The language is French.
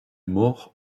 morts